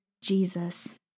Jesus